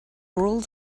rules